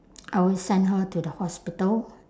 I will send her to the hospital